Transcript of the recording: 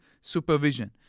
supervision